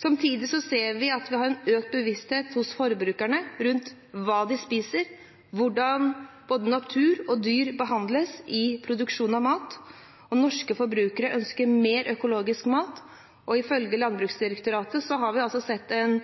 Samtidig ser vi at vi har en økt bevissthet hos forbrukerne rundt hva de spiser, og hvordan både natur og dyr behandles i produksjonen av mat. Norske forbrukere ønsker mer økologisk mat, og ifølge Landbruksdirektoratet har vi sett en